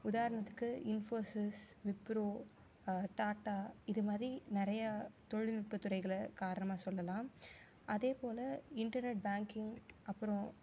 உதாரணத்துக்கு இன்ஃபோசிஸ் விப்ரோ டாட்டா இது மாதிரி நிறைய தொழில்நுட்பத் துறைகளை காரணமாக சொல்லலாம் அதே போல் இன்டர்நெட் பேங்கிங் அப்புறோம்